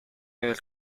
del